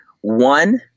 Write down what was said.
One